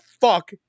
fuck